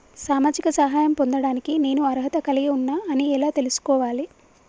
సామాజిక సహాయం పొందడానికి నేను అర్హత కలిగి ఉన్న అని ఎలా తెలుసుకోవాలి?